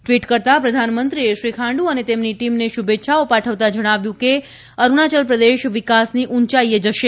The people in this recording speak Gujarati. ટીવટ કરતાં પ્રધાનમંત્રીએ શ્રી ખાંડુ અને તેમની ટીમને શુભેચ્છાઓ પાઠવતાં જણાવ્યું છે કે અરૂણાચલપ્રદેશ વિકાસની ઉંચાઇએ જશે